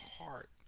heart